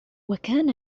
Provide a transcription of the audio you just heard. وكان